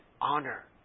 honor